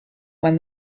when